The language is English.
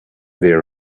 there